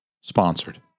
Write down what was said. sponsored